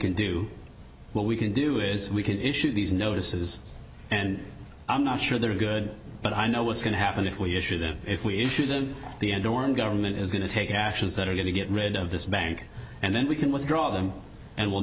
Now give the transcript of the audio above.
can do what we can do is we can issue these notices and i'm not sure they're good but i know what's going to happen if we issue that if we issue the dorm government is going to take actions that are going to get rid of this bank and then we can withdraw them and will